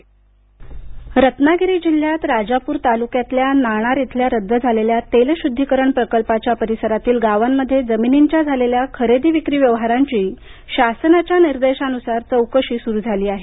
Nanar refinery Ratnagiri जिल्ह्यात राजापूर तालुक्यातल्या नाणार येथिल रद्द झालेल्या तेलशुद्धीकरण प्रकल्पाच्या परिसरातील गावांमध्ये जमिनींच्या झालेल्या खरेदी विक्री व्यवहारांची शासनाच्या निर्देशानुसार चौकशी सुरू झाली आहे